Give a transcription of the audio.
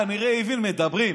כנראה הוא הבין שמדברים.